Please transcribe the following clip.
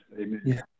amen